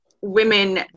women